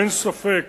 אין ספק